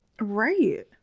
Right